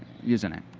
user name.